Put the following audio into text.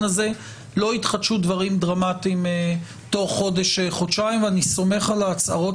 הזה לא יתחדשו דברים דרמטיים תוך חודש-חודשיים ואני סומך על ההצהרות